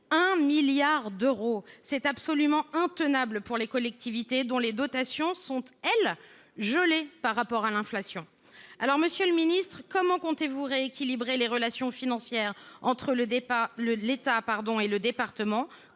1 milliard d’euros ! C’est absolument intenable pour les collectivités, dont les dotations sont, elles, gelées par rapport à l’inflation. Alors, monsieur le ministre, comment comptez vous rééquilibrer les relations financières entre l’État et les départements ?